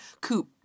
Coop